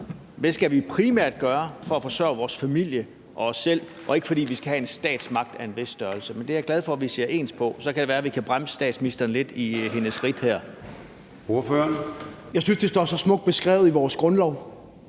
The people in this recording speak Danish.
det skal vi primært gøre for at forsørge vores familie og os selv og ikke, fordi vi skal have en statsmagt af en vis størrelse. Men det er jeg glad for at vi ser ens på, for så kan det være, at vi kan bremse statsministeren lidt i hendes ridt her. Kl. 10:24 Formanden (Søren Gade): Ordføreren.